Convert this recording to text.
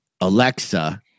Alexa